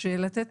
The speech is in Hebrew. לתת